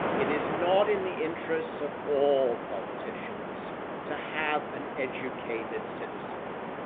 it is not in the interests of all politicians to have an educated citizenry.